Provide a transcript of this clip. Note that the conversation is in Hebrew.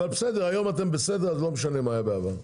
אבל היום אתם בסדר אז לא משנה מה היה בעבר.